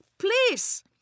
Please